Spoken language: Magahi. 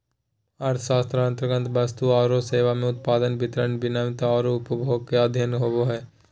अर्थशास्त्र अन्तर्गत वस्तु औरो सेवा के उत्पादन, वितरण, विनिमय औरो उपभोग के अध्ययन होवो हइ